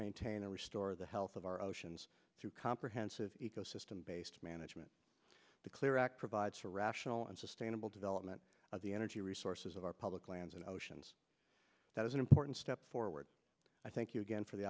maintain our store the health of our oceans through comprehensive ecosystem based management the clear act provides for rational and sustainable development of the energy resources of our public lands and oceans that is an important step forward i thank you again for the